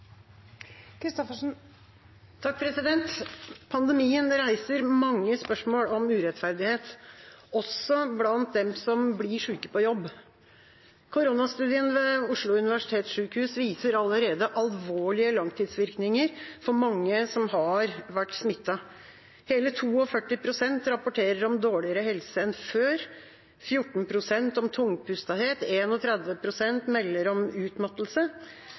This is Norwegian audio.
Pandemien reiser mange spørsmål om urettferdighet, også blant dem som blir syke på jobb. Koronastudien ved Oslo universitetssykehus viser allerede alvorlige langtidsvirkninger for mange som har vært smittet. Hele 42 pst. rapporterer om dårligere helse enn før, 14 pst. om tungpustethet, 31 pst. melder om utmattelse.